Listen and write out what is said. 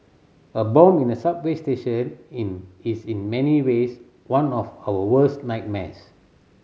a bomb in a subway station in is in many ways one of our worst nightmares